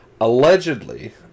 allegedly